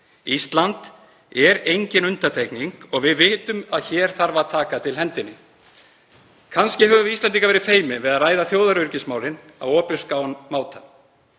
Ísland er engin undantekning og við vitum að hér þarf að taka til hendinni. Kannski höfum við Íslendingar verið feimin við að ræða þjóðaröryggismálin á opinskáan hátt